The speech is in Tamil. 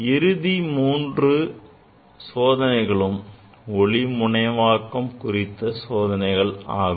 இறுதி மூன்று சோதனைகளும் ஒளி முனைவாக்கம் குறித்த சோதனைகள் ஆகும்